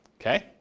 Okay